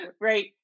right